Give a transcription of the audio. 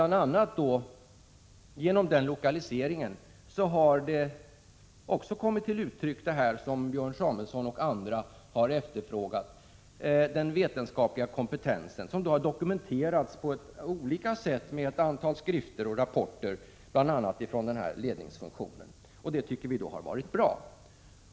Genom den lokaliseringen har det som Björn Samuelson och andra efterfrågar — den vetenskapliga kompetensen — kommit till uttryck och dokumenterats på olika sätt genom ett antal skrifter och rapporter, bl.a. från ledningsfunktionen. Det tycker vi har varit bra.